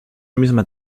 misma